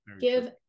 give